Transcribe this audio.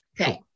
Okay